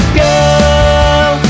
girl